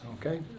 okay